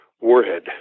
warhead